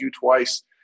twice